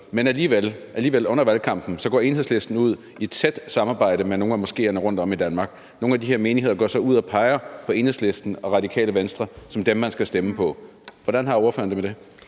Enhedslisten under valgkampen ud i et tæt samarbejde med nogle af moskeerne rundtom i Danmark. Nogle af de her menigheder går så ud og peger på Enhedslisten og Radikale Venstre som dem, man skal stemme på. Hvordan har ordføreren det